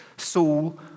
Saul